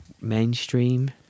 mainstream